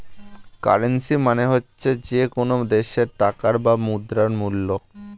currency মানে হচ্ছে যে কোনো দেশের টাকার বা মুদ্রার মূল্য